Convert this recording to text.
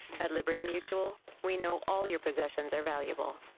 at liberty mutual, we know all your possessions are valuable.